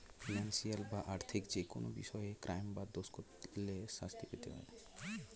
financial বা আর্থিক যেকোনো বিষয়ে ক্রাইম বা দোষ করলে শাস্তি পেতে হয়